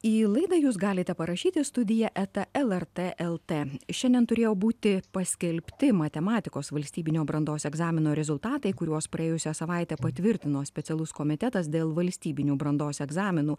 į laidą jūs galite parašyti studiją eta lrt lt šiandien turėjo būti paskelbti matematikos valstybinio brandos egzamino rezultatai kuriuos praėjusią savaitę patvirtino specialus komitetas dėl valstybinių brandos egzaminų